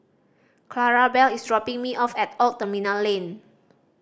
Clarabelle is dropping me off at Old Terminal Lane